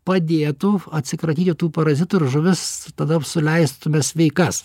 padėtų atsikratyti tų parazitų ir žuvis tada suleistume sveikas